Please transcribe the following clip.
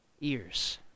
ears